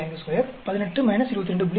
52 18 22